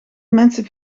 mensen